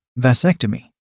vasectomy